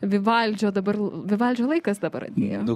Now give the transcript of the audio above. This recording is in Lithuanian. vivaldžio dabar vivaldžio laikas dabar atėjo